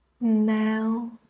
Now